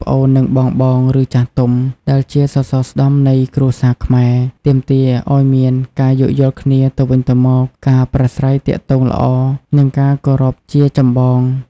ប្អូនៗ និងបងៗ ឬចាស់ទុំ ដែលជាសរសរស្តម្ភនៃគ្រួសារខ្មែរ ទាមទារឱ្យមាន ការយោគយល់គ្នាទៅវិញទៅមក ការប្រាស្រ័យទាក់ទងល្អ និងការគោរពជាចម្បង។